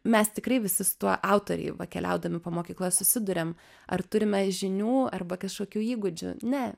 mes tikrai visi su tuo autoriai keliaudami po mokyklas susiduriam ar turime žinių arba kažkokių įgūdžių ne